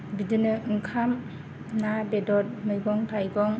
बिदिनो ओंखाम ना बेदर मैगं थायगं